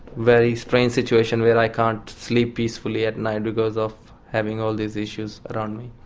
very strange situation where i can't sleep peacefully at night because of having all these issues around me.